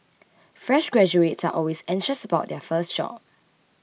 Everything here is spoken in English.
fresh graduates are always anxious about their first job